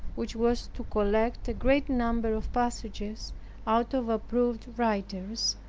which was to collect a great number of passages out of approved writers,